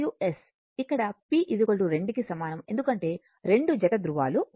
ఇక్కడ p 2 కి సమానం ఎందుకంటే 2 జత ధృవాలు ఉన్నాయి